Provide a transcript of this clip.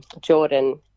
jordan